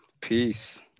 Peace